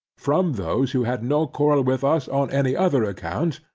from those who had no quarrel with us on any other account,